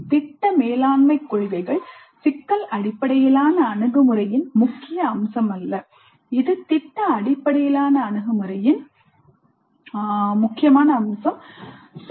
திட்ட மேலாண்மை கொள்கைகள் சிக்கல் அடிப்படையிலான அணுகுமுறையின் முக்கிய அம்சமல்ல இது திட்ட அடிப்படையிலான அணுகுமுறையின் முக்கிய அம்சமாகும்